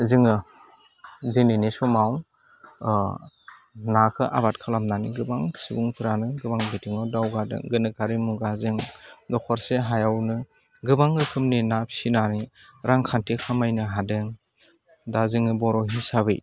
जोङो दिनैनि समाव नाखौ आबाद खालामनानै गोबां सुबुंफ्रानो गोबां बिथिङाव दावगादों गोनोखोआरि मुगाजों दखरसे हायावनो गोबां रोखोमनि ना फिसिनानै रांखान्थि खामायनो हादों दा जोङो बर' हिसाबै